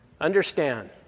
understand